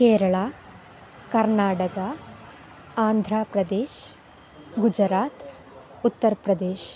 केरळा कर्नाटका आन्ध्रप्रदेशः गुजरात् उत्तरप्रदेशः